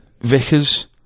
Vickers